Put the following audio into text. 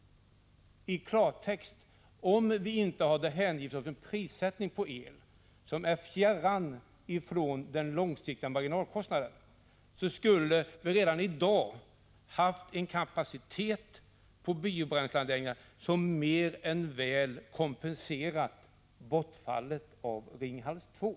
I klartext innebär detta, att om vi inte hade hängivit oss åt en prissättning på el som är fjärran från den långsiktiga marginalkostnaden, skulle vi redan i dag ha haft en kapacitet på biobränsleanläggningar som mer än väl kompenserat bortfallet av Ringhals 2.